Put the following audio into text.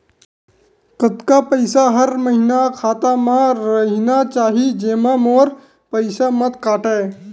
कतका पईसा हर महीना खाता मा रहिना चाही जेमा मोर पईसा मत काटे?